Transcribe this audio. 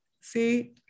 See